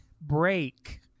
Break